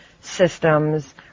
systems